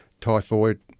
typhoid